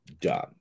Done